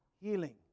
Healing